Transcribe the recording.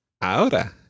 Ahora